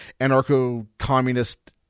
anarcho-communist